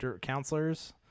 counselors